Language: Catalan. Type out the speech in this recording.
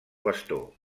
bastó